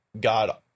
God